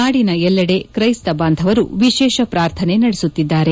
ನಾಡಿನ ಎಲ್ಲೆಡೆ ತ್ರೈಸ್ತ ಬಾಂಧವರು ವಿಶೇಷ ಪ್ರಾರ್ಥನೆ ನಡೆಸುತ್ತಿದ್ದಾರೆ